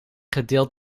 gedeeld